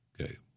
Okay